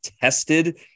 tested